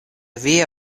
via